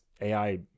AI